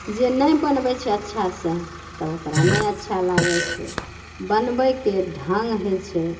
जे नहि बनबै छै अच्छा से तऽ ओकरा नहि अच्छा लागैत छै बनबैके ढङ्ग होइत छै